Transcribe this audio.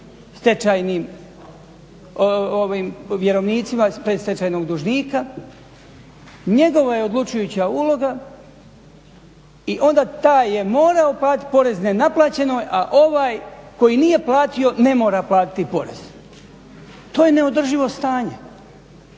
platiti vjerovnicima iz predstečajnog dužnika, njegova je odlučujuća uloga. I onda taj je morao platiti porez nenaplaćeni, a ovaj koji nije platio ne mora platiti porez. To je neodrživo stanje.